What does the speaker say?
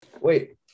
Wait